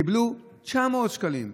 קיבלו 900 שקלים.